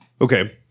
Okay